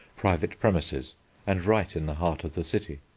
private premises and right in the heart of the city.